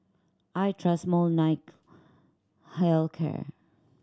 I trust Molnylcke Health Care